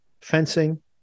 fencing